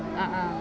ah ah